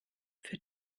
für